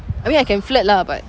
I mean I can flirt lah but